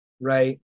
right